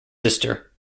sister